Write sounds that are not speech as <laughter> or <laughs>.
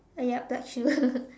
uh yup dark shoe <laughs>